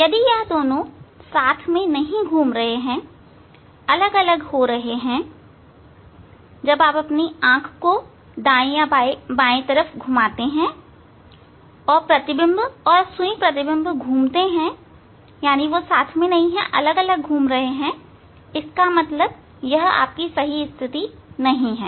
यदि यह दोनों साथ में नहीं घूम रहे हैं यह अलग अलग हो रहे हैं और जब आप अपनी आंख को दाएं या बाएं तरफ घुमाते हैं प्रतिबिंब और सुई प्रतिबिंब घुमते हैं तो इसका मतलब हैं कि यह सही स्थिति नहीं है